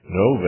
no